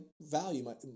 value